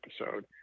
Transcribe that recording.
episode